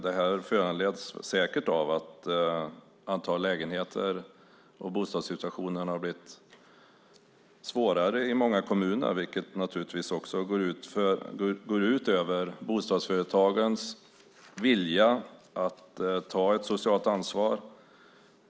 Det här föranleds säkert av att bostadssituationen har blivit svårare i många kommuner, vilket också går ut över bostadsföretagens vilja att ta ett socialt ansvar.